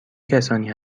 کسانی